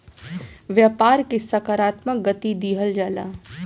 व्यापार के सकारात्मक गति दिहल जाला